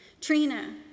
Trina